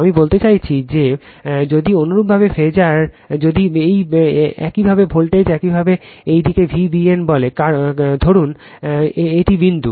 আমি বলতে চাচ্ছি যদি অনুরূপভাবে ফেজারl যদি একইভাবে ভোল্টেজ একইভাবে এই দিকে Vbn বলে ধরুন এই বিন্দু